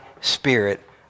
spirit